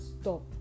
stop